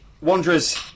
Wanderers